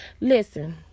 listen